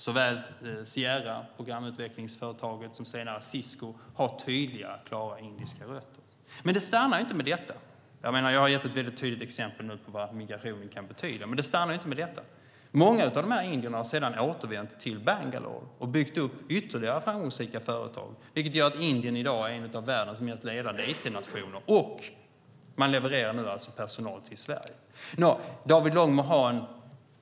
Såväl programutvecklingsföretaget Sierra som senare Cisco har klara, tydliga indiska rötter. Jag har nu gett ett mycket tydligt exempel på vad migrationen kan betyda. Men det stannar inte vid detta. Många av de indierna har sedan återvänt till Bangalore och byggt upp ytterligare framgångsrika företag, vilket gör att Indien i dag är en av världens mest ledande it-nationer, och man levererar nu personal till Sverige.